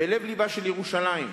בלב-לבה של ירושלים,